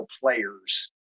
players